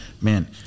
man